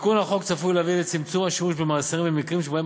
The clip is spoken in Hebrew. תיקון החוק צפוי להביא לצמצום השימוש במאסרים במקרים שבהם